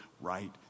right